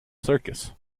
circus